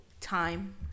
time